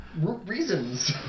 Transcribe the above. reasons